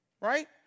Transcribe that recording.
right